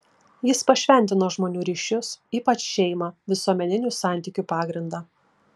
jis pašventino žmonių ryšius ypač šeimą visuomeninių santykių pagrindą